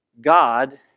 God